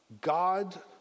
God